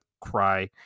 cry